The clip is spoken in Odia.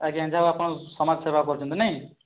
ଆଜ୍ଞା ଯାହା ହେଉ ଆପଣ ସମାଜ ସେବା କରୁଛନ୍ତି ନାଇଁ